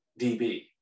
DB